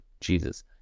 Jesus